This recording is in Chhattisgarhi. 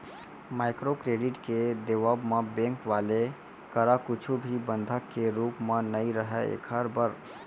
माइक्रो क्रेडिट के देवब म बेंक वाले करा कुछु भी बंधक के रुप म नइ राहय ऐखर बर